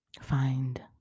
Find